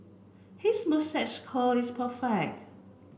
his moustache curl is perfect